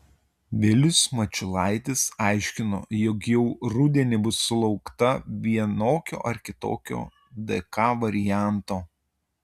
vilius mačiulaitis aiškino jog jau rudenį bus sulaukta vienokio ar kitokio dk varianto